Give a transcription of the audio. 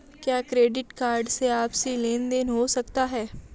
क्या credit card से आपसी लेनदेन हो सकता है?